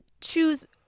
choose